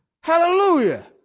Hallelujah